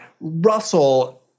Russell